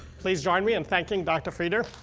please join me in thanking dr. frieder.